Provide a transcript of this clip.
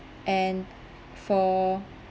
and for